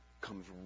comes